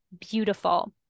beautiful